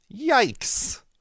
Yikes